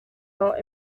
not